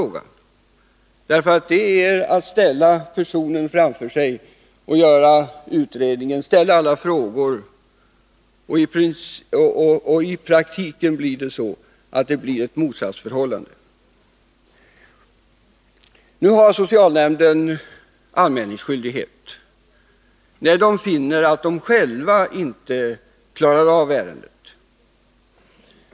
Det är ju fråga om att så att säga ställa personer framför sig och göra en utredning samt rikta frågor till dem. I praktiken blir det ett motsatsförhållande. Socialnämnden har anmälningsskyldighet, när den finner att den själv inte klarar av ärendet.